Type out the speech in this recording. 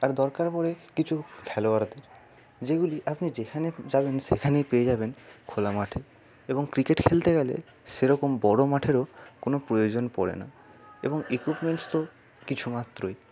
আর দরকার পড়ে কিছু খেলোয়াড়দের যেগুলি আপনি যেখানে যাবেন সেখানেই পেয়ে যাবেন খোলা মাঠে এবং ক্রিকেট খেলতে গেলে সেরকম বড়ো মাঠেরও কোনো প্রয়োজন পড়ে না এবং ইক্যুইপমেন্টস তো কিছুমাত্রই